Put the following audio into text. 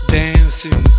dancing